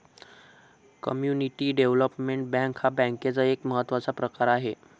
community development bank हा बँकेचा एक महत्त्वाचा प्रकार आहे